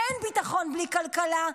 אין ביטחון בלי כלכלה.